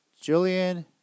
Julian